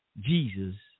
Jesus